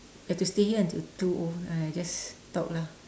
we have to stay here until two O !aiya! just talk lah